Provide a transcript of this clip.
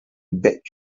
bet